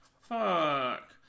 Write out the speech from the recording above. Fuck